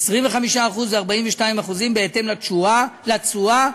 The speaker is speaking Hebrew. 25% ו-42%, בהתאם לתשואה.